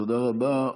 תודה רבה.